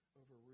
over